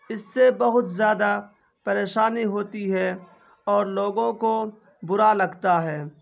اس سے بہت زیادہ پریشانی ہوتی ہے اور لوگوں کو برا لگتا ہے